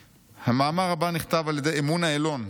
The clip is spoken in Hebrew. המאמר הבא נכתב על ידי אמונה אלון.